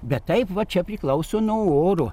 bet taip va čia priklauso nuo oro